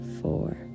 four